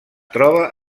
troba